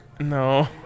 No